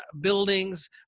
buildings